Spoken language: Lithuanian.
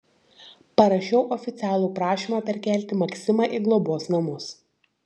parašiau oficialų prašymą perkelti maksimą į globos namus